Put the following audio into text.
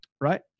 Right